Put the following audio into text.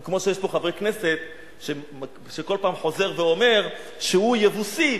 זה כמו שיש פה חבר כנסת שכל פעם חוזר ואומר שהוא יבוסי,